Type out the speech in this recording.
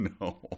no